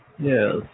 Yes